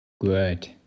Good